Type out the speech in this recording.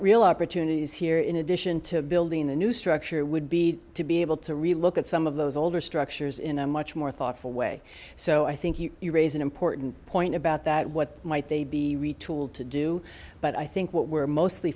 real opportunities here in addition to building a new structure would be to be able to really look at some of those older structures in a much more thoughtful way so i think you raise an important point about that what might they be retooled to do but i think what we're mostly